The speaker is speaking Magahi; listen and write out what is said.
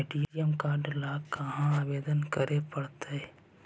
ए.टी.एम काड ल कहा आवेदन करे पड़तै?